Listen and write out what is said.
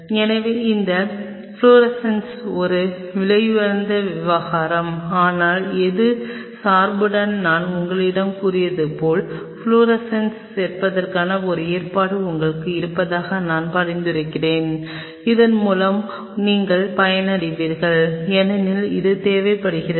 எனவே இந்த ஃப்ளோரசன்ஸ் ஒரு விலையுயர்ந்த விவகாரம் ஆனால் எனது சார்புடன் நான் உங்களிடம் கூறியது போல் ஃப்ளோரசன்ஸைச் சேர்ப்பதற்கான ஒரு ஏற்பாடு உங்களுக்கு இருப்பதாக நான் பரிந்துரைக்கிறேன் இதன் மூலம் நீங்கள் பயனடைவீர்கள் ஏனெனில் இது தேவைப்படுகிறது